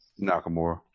Nakamura